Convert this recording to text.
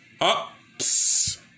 Ups